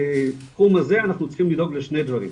בתחום הזה אנחנו צריכים לדאוג לשני דברים.